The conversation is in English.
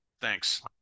thanks